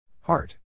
Heart